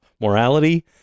morality